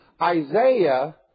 Isaiah